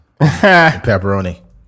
Pepperoni